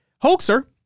Hoaxer